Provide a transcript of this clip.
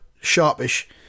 sharpish